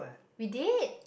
we did